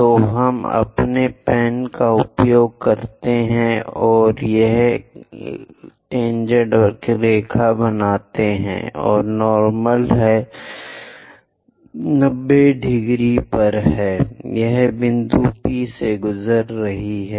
तो हम अपने पेन का उपयोग करते हैं यह एक टेनजेंट रेखा है और नार्मल है 90 से यह बिंदु P से गुजर रहा है